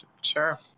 Sure